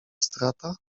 strata